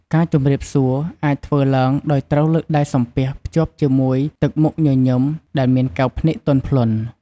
ការជម្រាបសួរ អាចធ្វើឡើងដោយត្រូវលើកដៃសំពះភ្ជាប់ជាមួយទឹកមុខញញឹមដែលមានកែវភ្នែកទន់ភ្លន់។